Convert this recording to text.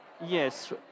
yes